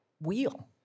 wheel